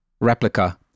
replica